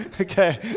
okay